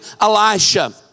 Elisha